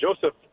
Joseph